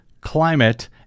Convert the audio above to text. climate